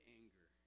anger